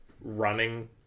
running